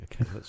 okay